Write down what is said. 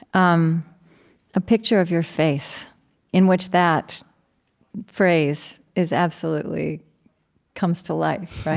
um a picture of your face in which that phrase is absolutely comes to life,